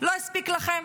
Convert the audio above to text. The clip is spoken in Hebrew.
לא הספיק לכם?